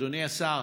אדוני השר,